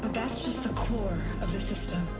but that's just the core of the system